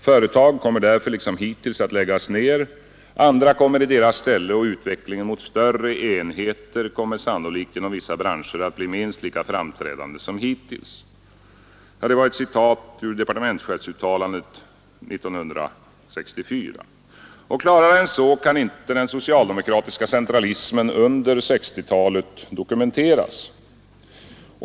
Företag kommer därför liksom hittills att läggas ned, andra kommer i deras ställe och utvecklingen mot större enheter kommer sannolikt inom vissa branscher att bli minst lika framträdande som hittills.” Detta var ett citat ur departementschefsuttalandet 1964. Klarare än så kan inte den socialdemokratiska centralismen under 1960-talet dokumenteras.